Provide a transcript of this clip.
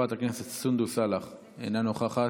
חברת הכנסת סונדוס סאלח, אינה נוכחת,